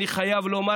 אני חייב לומר,